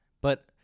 But-